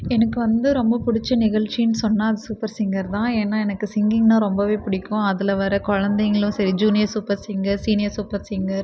எனக்கு வந்து ரொம்ப பிடிச்ச நிகழ்ச்சின்னு சொன்னால் அது சூப்பர் சிங்கர் தான் ஏன்னால் எனக்கு சிங்கிங்னால் ரொம்பவே பிடிக்கும் அதில் வர குழந்தைங்களும் சரி junior Super Singer senior Super singer